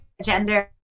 gender